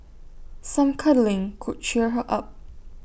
some cuddling could cheer her up